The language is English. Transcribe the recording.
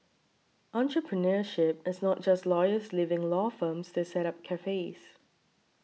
entrepreneurship is not just lawyers leaving law firms to set up cafes